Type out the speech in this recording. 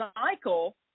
cycle